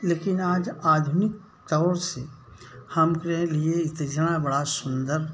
लेकिन आज आधुनिक तौर से हम अपने लिए इतना बड़ा सुंदर